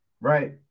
right